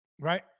right